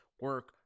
Work